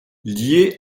lié